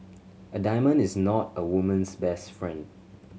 a diamond is not a woman's best friend